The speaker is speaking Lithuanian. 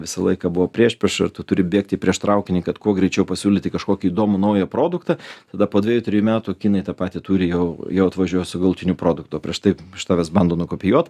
visą laiką buvo priešprieša tu turi bėgti prieš traukinį kad kuo greičiau pasiūlyti kažkokį įdomų naują produktą tada po dvejų trijų metų kinai tą patį turi jau jau atvažiuoja su galutiniu produktu o prieš tai iš tavęs bando nukopijuot